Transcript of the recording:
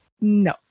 No